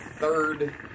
third